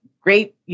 great